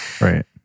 Right